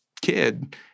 kid